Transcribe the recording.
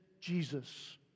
Jesus